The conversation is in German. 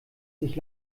sich